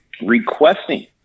requesting